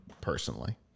personally